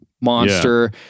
monster